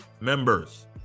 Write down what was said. members